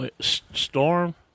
Storm